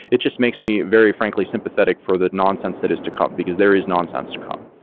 it just makes me very frankly sympathetic for the nonsense that is to come, because there is nonsense to come.